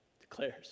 declares